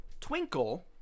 twinkle